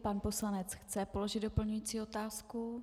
Pan poslanec chce položit doplňující otázku.